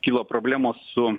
kilo problemos su